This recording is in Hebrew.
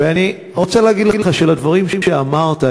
ואני רוצה להגיד שלדברים שאמרת,